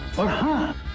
but